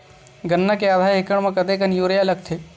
गन्ना के आधा एकड़ म कतेकन यूरिया लगथे?